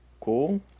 Cool